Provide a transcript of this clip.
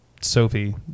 Sophie